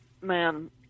man